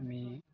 আমি